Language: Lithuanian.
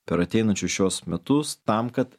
per ateinančius šiuos metus tam kad